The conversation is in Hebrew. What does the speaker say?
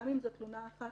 גם אם זו תלונה אחת,